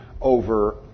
over